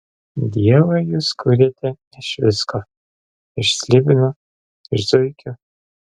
dievą jūs kuriate iš visko iš slibino iš zuikių